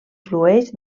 flueix